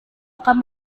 akan